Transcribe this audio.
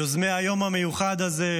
יוזמי היום המיוחד הזה,